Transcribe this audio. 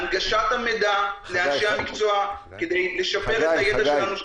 הנגשת המידע לאנשי המקצוע כדי לשפר את הידע שלנו.